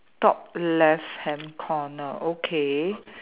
top left hand corner okay